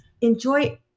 enjoy